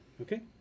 Okay